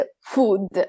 food